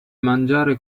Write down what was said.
mangiare